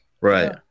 Right